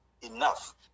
enough